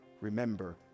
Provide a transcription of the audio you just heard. Remember